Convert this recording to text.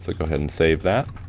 like go ahead and save that.